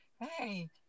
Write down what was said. hey